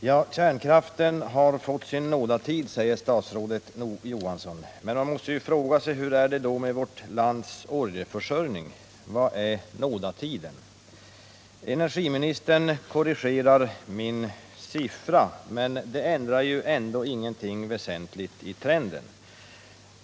Herr talman! Kärnkraften har fått sin nådatid, säger statsrådet Olof Johansson, men man måste fråga sig hur det då är med vårt lands oljeförsörjning. Vilken är nådatiden för denna? Energiministern korrigerar min siffra, men det ändrar ju ändå ingenting väsentligt i trenden.